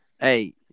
Hey